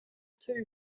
two